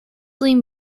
lean